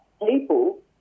people